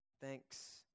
thanks